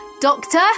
Doctor